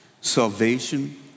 salvation